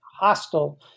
hostile